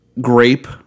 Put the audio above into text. grape